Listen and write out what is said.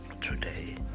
Today